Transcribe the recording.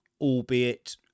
albeit